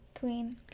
Queen